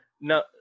No